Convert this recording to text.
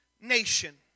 nation